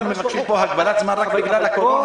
אנחנו מבקשים פה הגבלת זמן רק בגלל הקורונה,